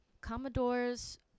Commodore's